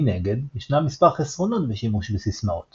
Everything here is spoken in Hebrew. מנגד, ישנם מספר חסרונות בשימוש בסיסמאות